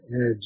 edge